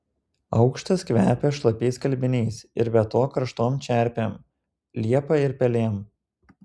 aukštas kvepia šlapiais skalbiniais ir be to karštom čerpėm liepa ir pelėm